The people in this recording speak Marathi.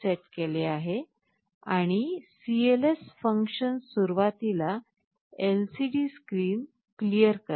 9 वर सेट केले आहे आणि cls फन्कशन सुरुवातीला LCD स्क्रीन क्लीअर करते